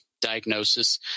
diagnosis